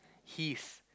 his